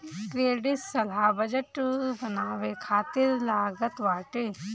credit सलाह budget बनावे खातिर लागत बाटे